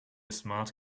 smart